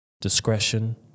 Discretion